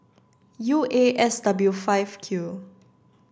U A S W five Q